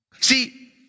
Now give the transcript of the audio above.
See